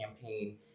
campaign